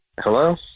Hello